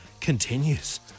continues